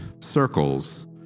circles